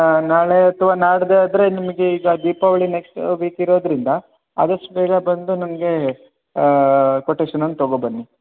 ನಾಳೆ ಅಥ್ವಾ ನಾಡಿದ್ದು ಆದರೆ ನಿಮಿಗೆ ಈಗ ದೀಪಾವಳಿ ನೆಕ್ಸ್ಟು ವೀಕ್ ಇರೋದರಿಂದ ಆದಷ್ಟು ಬೇಗ ಬಂದು ನಮಗೇ ಕೋಟೇಷನ್ ಒಂದು ತೊಗೋ ಬನ್ನಿ